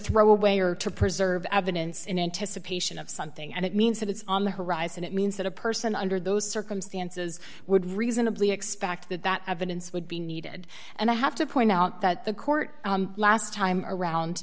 throw away or to preserve evidence in anticipation of something and it means that it's on the horizon it means that a person under those circumstances would reasonably expect that that evidence would be needed and i have to point out that the court last time around